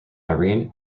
irene